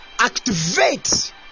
activate